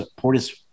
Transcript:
Portis